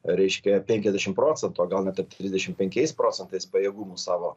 reiškia penkiasdešim procentų o gauna kad trisdešim penkiais procentais pajėgumų savo